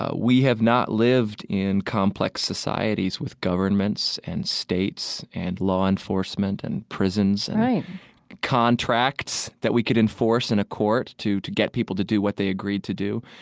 ah we have not lived in complex societies with governments and states and law enforcement and and contracts that we could enforce in a court to to get people to do what they agreed to do.